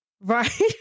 right